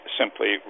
simply